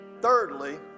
thirdly